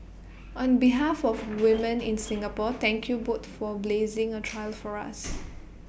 on behalf of women in Singapore thank you both for blazing A trail for us